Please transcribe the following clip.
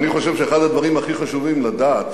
אני חושב שאחד הדברים הכי חשובים לדעת